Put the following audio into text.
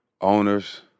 owners